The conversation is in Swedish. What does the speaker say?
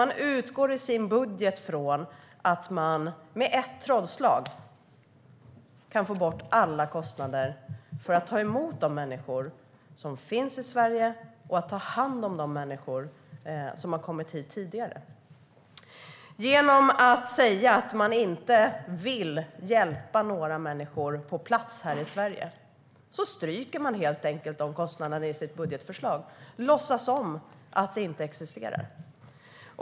Man utgår nämligen i sin budget ifrån att man genom ett trollslag kan få bort alla kostnader för att ta emot de människor som finns i Sverige och för att ta hand om de människor som har kommit hit tidigare. Genom att säga att man inte vill hjälpa några människor på plats här i Sverige stryker man helt enkelt de kostnaderna i sitt budgetförslag. Man låtsas som att de inte existerar.